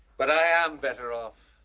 but i am better off.